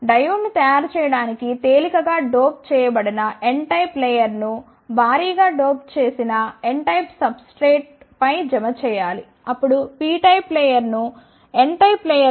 డయోడ్ను తయారు చేయడానికి తేలికగా డోప్ చేయబడిన N టైప్ లేయర్ ను భారీ గా డోప్ చేసిన N టైప్ సబ్ స్ట్రేట్ పై జమ చేయాలి అప్పుడు P టైప్ లేయర్ ను N టైప్ లేయర్ పై జమ చేయాలి